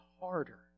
harder